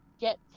get